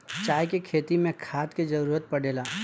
चाय के खेती मे खाद के जरूरत पड़ेला